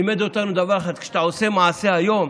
ולימד אותנו דבר אחד: כשאתה עושה מעשה היום,